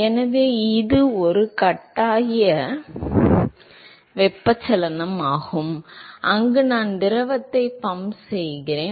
எனவே இது ஒரு கட்டாய வெப்பச்சலனம் ஆகும் அங்கு நான் திரவத்தை பம்ப் செய்கிறேன்